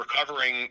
Recovering